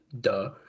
duh